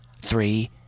three